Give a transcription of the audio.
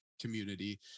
community